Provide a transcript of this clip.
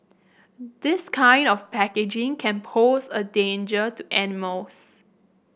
this kind of packaging can pose a danger to animals